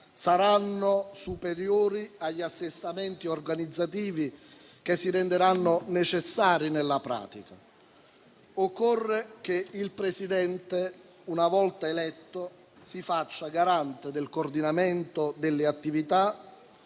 saranno superiori agli assestamenti organizzativi che si renderanno necessari nella pratica. Occorre che il Presidente, una volta eletto, si faccia garante del coordinamento delle attività